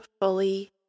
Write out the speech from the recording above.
fully